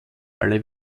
alle